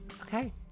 Okay